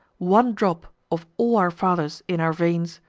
one drop of all our fathers', in our veins,